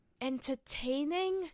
entertaining